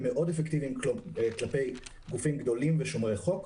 מאוד אפקטיביים כלפי גופים גדולים ושומרי חוק,